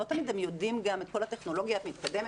לא תמיד הם יודעים את כל הטכנולוגיה המתקדמת.